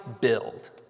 build